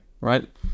right